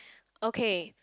okay